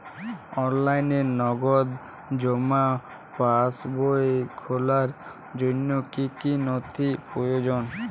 অনলাইনে নগদ জমা পাসবই খোলার জন্য কী কী নথি প্রয়োজন?